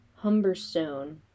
Humberstone